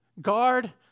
Guard